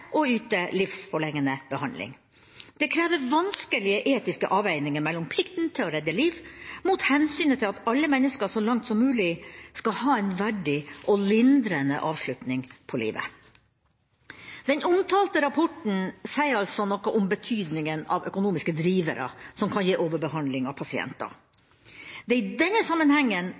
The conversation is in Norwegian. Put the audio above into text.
livsforlengende behandling. Det krever vanskelige etiske avveininger mellom plikten til å redde liv og hensynet til at alle mennesker så langt som mulig skal få en verdig og lindrende avslutning på livet. Den omtalte rapporten sier altså noe om betydninga av økonomiske drivere som kan gi overbehandling av pasienter. Det er i denne sammenhengen